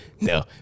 No